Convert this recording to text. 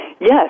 Yes